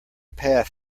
path